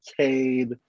Cade